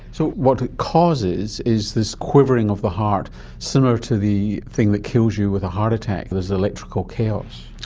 so what it causes is this quivering of the heart similar to the thing that kills you with a heart attack, there's electrical chaos.